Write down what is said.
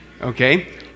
okay